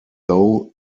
though